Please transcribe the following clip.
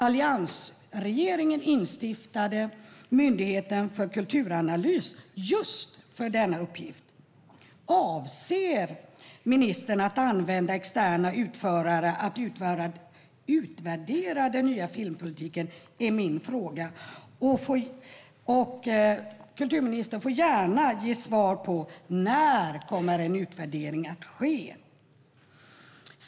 Alliansregeringen instiftade Myndigheten för kulturanalys just för denna uppgift. Avser ministern att använda externa utförare för att utvärdera den nya filmpolitiken? Kulturministern får gärna ge svar på när en utvärdering kommer att ske.